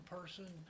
person